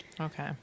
Okay